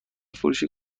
فروشی